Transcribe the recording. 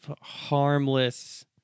harmless